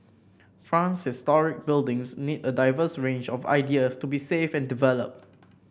France historic buildings need a diverse range of ideas to be saved and developed